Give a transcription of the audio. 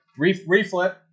Reflip